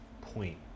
point